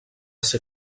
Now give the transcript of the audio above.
ser